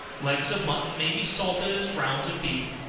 legs of mutton may be salted as rounds of beef,